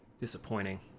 disappointing